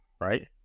right